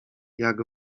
jak